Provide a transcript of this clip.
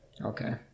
Okay